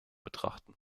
betrachten